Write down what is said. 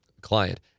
client